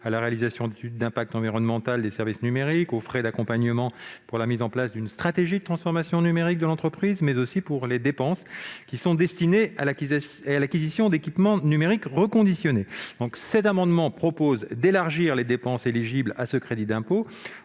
à la réalisation d'études d'impact environnemental des services numériques, les frais d'accompagnement pour la mise en place d'une stratégie de transformation numérique de l'entreprise et les dépenses destinées à l'acquisition d'équipements numériques reconditionnés. Cet amendement vise à élargir les dépenses éligibles à ce crédit d'impôt